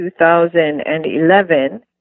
2011